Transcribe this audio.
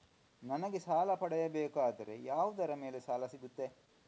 ನನಗೆ ಸಾಲ ಪಡೆಯಬೇಕಾದರೆ ಯಾವುದರ ಮೇಲೆ ಸಾಲ ಸಿಗುತ್ತೆ?